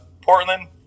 Portland